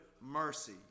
mercy